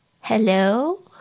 hello